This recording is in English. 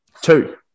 two